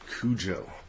Cujo